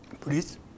Please